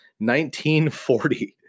1940